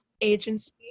agency